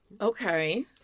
Okay